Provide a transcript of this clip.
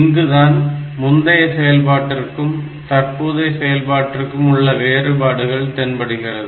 இங்குதான் முந்தைய செயல்பாட்டிற்கும் தற்போதைய செயல்பாட்டிற்கும் உள்ள வேறுபாடுகள் தென்படுகிறது